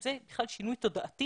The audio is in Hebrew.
חל שינוי תודעתי